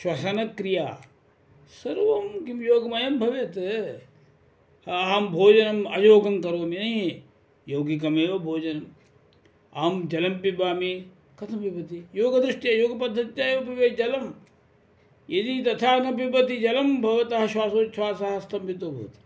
श्वसनक्रिया सर्वं किं योगमयं भवेत् अहं भोजनम् अयोगं करोमि न हि यौगिकमेव भोजनम् अहं जलं पिबामि कथं पिबति योगदृष्ट्या योगपद्धत्या एव पिबेत् जलं यदि तथा न पिबति जलं भवतः श्वासोच्छ्वासः स्तम्भितो भवति